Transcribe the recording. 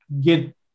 get